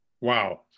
wow